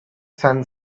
son